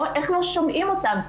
איך לא שומעים אותם?